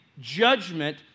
judgment